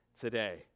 today